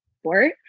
sport